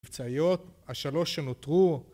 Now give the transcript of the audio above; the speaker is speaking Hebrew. המבצעיות השלוש שנותרו